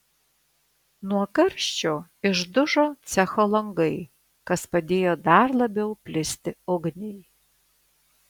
nuo karščio išdužo cecho langai kas padėjo dar labiau plisti ugniai